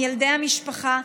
מילדי המשפחה,